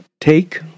take